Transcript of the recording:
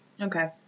Okay